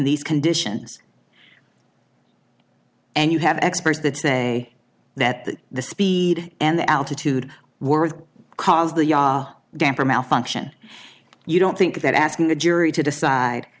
these conditions and you have experts that say that that the speed and altitude were caused the ja damper malfunction you don't think that asking a jury to decide